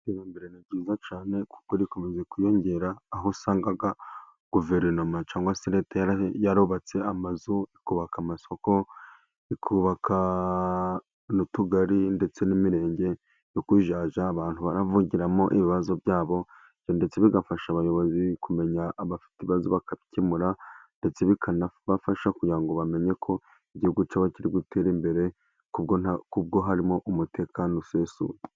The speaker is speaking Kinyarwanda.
Iterambere ni ryiza cyane kuko rikomeje kwiyongera, aho usangaga guverinoma cyangwa se leta yarubatse amazu, ikubaka amasoko, ikubaka n'utugari ndetse n'imirenge yo kujya ijyamo abantu baravugiramo ibibazo byabo, ndetse bigafasha abayobozi kumenya abafite ibibazoo baka bikemura, ndetse bikanabafasha kugira ngo bamenye ko igihugu cyaba kiri gutera imbere kuko harimo umutekano usesuye.